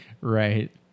Right